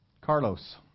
Carlos